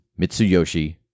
Mitsuyoshi